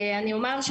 אני אומר,